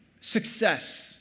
success